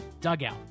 dugout